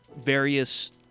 various